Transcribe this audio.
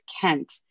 Kent